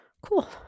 Cool